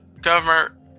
Governor